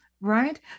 right